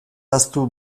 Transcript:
ahaztu